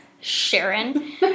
sharon